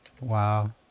Wow